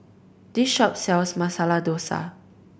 this shop sells Masala Dosa